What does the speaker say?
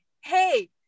hey